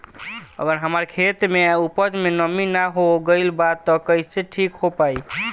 अगर हमार खेत में उपज में नमी न हो गइल बा त कइसे ठीक हो पाई?